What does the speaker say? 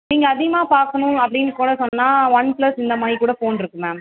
நீங்கள் அதிகமாக பார்க்கணும் அப்படின்னுக்கூட சொன்னால் ஒன் ப்ளஸ் இந்தமாதிரிக்கூட ஃபோன் இருக்குது மேம்